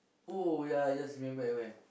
oh ya I just remember at where